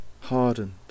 hardened